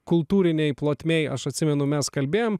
kultūrinėj plotmėj aš atsimenu mes kalbėjom